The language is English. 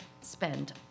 spend